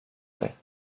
dig